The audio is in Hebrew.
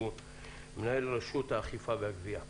מנהל רשות האכיפה והגבייה.